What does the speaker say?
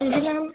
ਹਾਂਜੀ ਮੈਮ